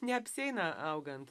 neapsieina augant